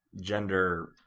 gender